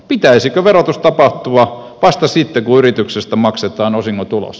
pitäisikö verotuksen tapahtua vasta sitten kun yrityksestä maksetaan osingot ulos